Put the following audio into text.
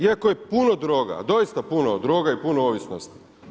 Iako je puno droga, ali doista puno droga i puno ovisnosti.